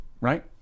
Right